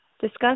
discuss